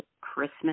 Christmas